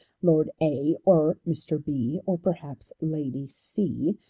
lord a, or mr. b, or perhaps lady c,